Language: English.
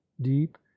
deep